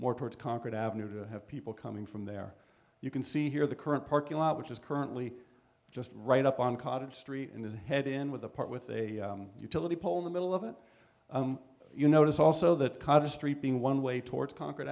more towards concord avenue to have people coming from there you can see here the current parking lot which is currently just right up on cottage street and his head in with a part with a utility pole in the middle of it you notice also that kind of street being one way towards con